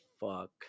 fuck